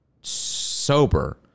sober